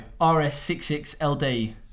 RS66LD